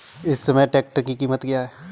इस समय ट्रैक्टर की कीमत क्या है?